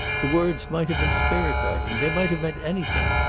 the words might have been spirit-writing, they might have meant anything.